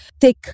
thick